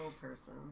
person